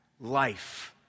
life